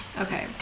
Okay